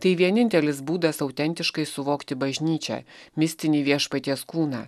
tai vienintelis būdas autentiškai suvokti bažnyčią mistinį viešpaties kūną